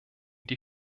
die